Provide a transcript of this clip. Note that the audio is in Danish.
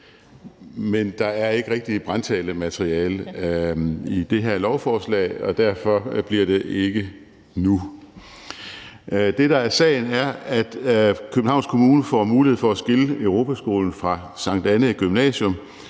Men der er ikke rigtig brandtalemateriale i det her lovforslag, og derfor bliver det ikke nu. Det, der er sagen, er, at Københavns Kommune får mulighed for at skille Europaskolen fra Sankt Annæ Gymnasium,